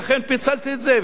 ואכן פיצלתי את זה,